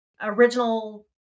original